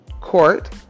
court